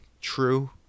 true